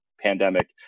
pandemic